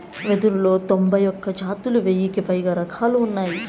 వెదురులో తొంభై ఒక్క జాతులు, వెయ్యికి పైగా రకాలు ఉన్నాయి